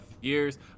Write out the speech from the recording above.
years